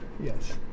yes